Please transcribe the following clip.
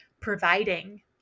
providing